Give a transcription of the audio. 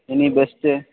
any best